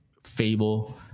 fable